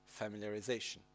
familiarization